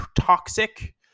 toxic